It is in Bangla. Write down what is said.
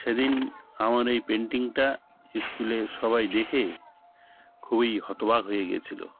সেদিন আমার এই পেন্টিংটা স্কুলে সবাই দেখে খুবই হতবাক হয়ে গিয়েছিল